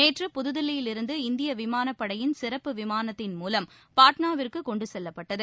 நேற்று புதுதில்லியிலிருந்து இந்திய விமானப் படையின் சிறப்பு விமானத்தின் மூலம் அவரது உடல் பாட்னாவிற்கு நேற்றிரவு கொண்டு செல்லப்பட்டது